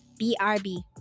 BRB